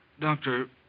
Doctor